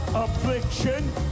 Affliction